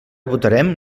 votarem